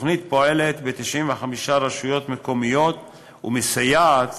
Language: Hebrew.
תוכנית זו פועלת ב-95 רשויות מקומיות ומסייעת